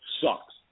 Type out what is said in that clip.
sucks